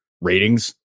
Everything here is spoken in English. ratings